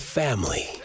family